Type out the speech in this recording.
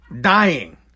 dying